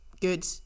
good